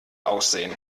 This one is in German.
aussehen